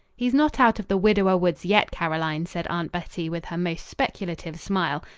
he's not out of the widower-woods yet, caroline, said aunt bettie with her most speculative smile.